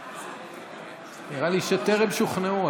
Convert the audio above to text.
נראה לי שטרם שוכנעו.